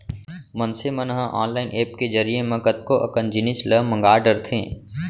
मनसे मन ह ऑनलाईन ऐप के जरिए म कतको अकन जिनिस ल मंगा डरथे